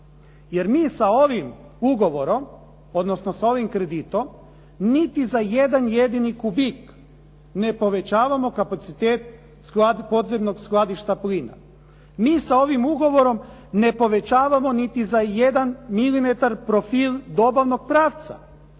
Jer mi sa ovim ugovorom, odnosno sa ovim kreditom niti za jedan jedini kubik ne povećavamo kapacitet podzemnog skladišta plina. Mi sa ovim ugovorom ne povećavamo niti za jedan milimetar profil dobavnog pravca.